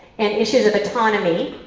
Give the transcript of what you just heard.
and issues of autonomy,